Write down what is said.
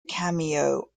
cameo